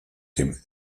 dem